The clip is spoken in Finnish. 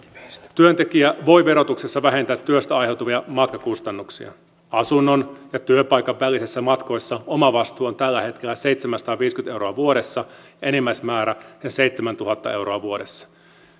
työntekijä voi verotuksessa vähentää työstä aiheutuvia matkakustannuksia asunnon ja työpaikan välisissä matkoissa omavastuu on tällä hetkellä seitsemänsataaviisikymmentä euroa vuodessa ja enimmäismäärä seitsemäntuhatta euroa vuodessa